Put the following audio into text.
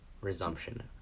resumption